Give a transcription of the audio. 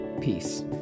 Peace